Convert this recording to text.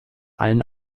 allen